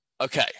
okay